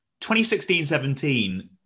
2016-17